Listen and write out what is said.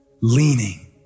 leaning